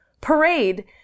parade